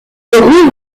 rouvre